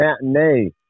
matinee